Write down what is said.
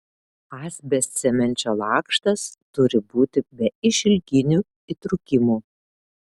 asbestcemenčio lakštas turi būti be išilginių įtrūkimų